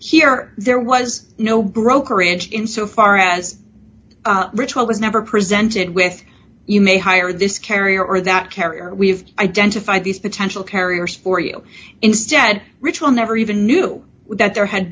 here there was no brokerage in so far as ritual was never presented with you may hire this carrier or that carrier we've identified these potential carriers for you instead ritual never even knew that there had